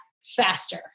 faster